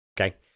Okay